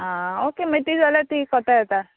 आं ओके मागीर ती जाल्यार ती कोता येता